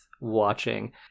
watching